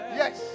yes